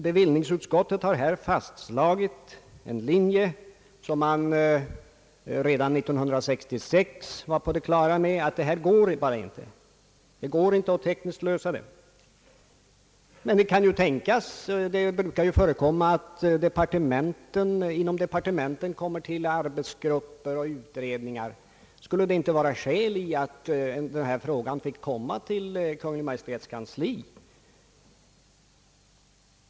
Bevillningsutskottet har här slagit fast en linje som man redan år 1966 var på det klara med, nämligen att det bara inte går att tekniskt lösa denna skattefråga. Det brukar ju dock förekomma att det inom departementen sätts till arbetsgrupper och utredningar. Skulle det inte vara skäl i att denna fråga fick komma till Kungl. Maj:ts kansli?